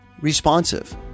responsive